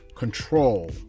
control